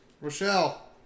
Rochelle